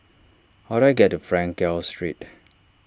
how do I get to Frankel Street